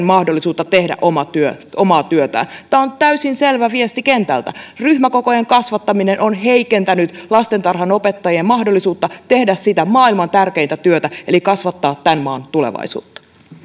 mahdollisuutta tehdä omaa työtään tämä on täysin selvä viesti kentältä ryhmäkokojen kasvattaminen on heikentänyt lastentarhanopettajien mahdollisuutta tehdä sitä maailman tärkeintä työtä eli kasvattaa tämän maan tulevaisuutta